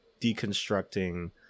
deconstructing